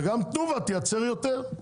וגם תנובה תייצר יותר.